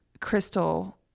crystal